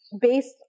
based